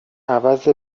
عوض